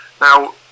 Now